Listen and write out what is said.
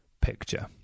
picture